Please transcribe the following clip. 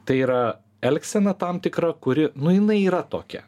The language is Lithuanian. tai yra elgsena tam tikra kuri nu jinai yra tokia